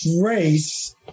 race